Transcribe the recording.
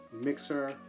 mixer